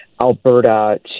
Alberta